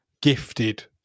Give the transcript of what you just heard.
gifted